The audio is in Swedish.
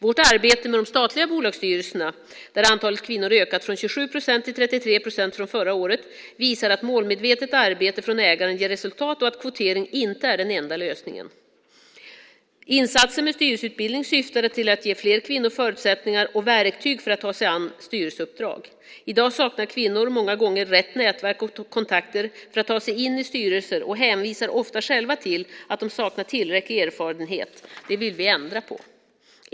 Vårt arbete med de statliga bolagsstyrelserna, där antalet kvinnor ökat från 27 procent till 33 procent från förra året, visar att målmedvetet arbete från ägaren ger resultat och att kvotering inte är den enda lösningen. Insatsen med styrelseutbildning syftar till att ge fler kvinnor förutsättningar och verktyg för att ta sig an styrelseuppdrag. I dag saknar kvinnor många gånger rätt nätverk och kontakter för att ta sig in i styrelser och hänvisar ofta själva till att de saknar tillräcklig erfarenhet, och det vill vi ändra på.